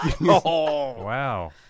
Wow